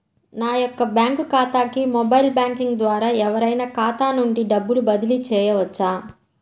నా యొక్క బ్యాంక్ ఖాతాకి మొబైల్ బ్యాంకింగ్ ద్వారా ఎవరైనా ఖాతా నుండి డబ్బు బదిలీ చేయవచ్చా?